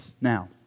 Now